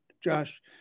Josh